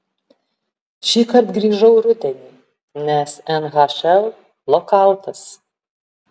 šįkart grįžau rudenį nes nhl lokautas